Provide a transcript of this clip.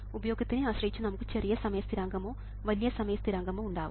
ഉപയോഗത്തിനെ ആശ്രയിച്ച് നമുക്ക് ചെറിയ സമയ സ്ഥിരാങ്കമോ വലിയ സമയ സ്ഥിരാങ്കമോ ഉണ്ടാവാം